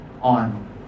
on